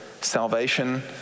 salvation